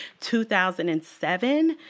2007